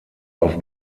auf